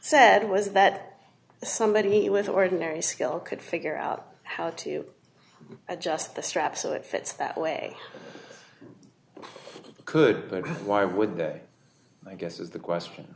said was that somebody with ordinary skill could figure out how to adjust the strap so it fits that way i could but why would i guess is the question